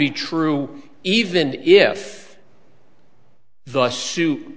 be true even if thus sue